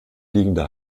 liegende